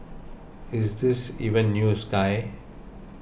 is this even news guy